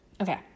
okay